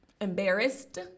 Embarrassed